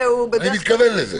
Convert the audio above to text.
אני מתכוון לזה.